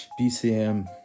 BCM